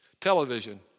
television